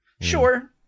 Sure